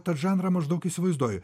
tą žanrą maždaug įsivaizduoju